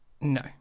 No